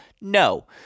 No